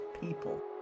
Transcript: people